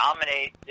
dominate